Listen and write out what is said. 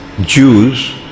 Jews